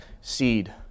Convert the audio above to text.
seed